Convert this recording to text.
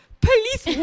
police